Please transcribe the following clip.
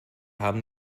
haben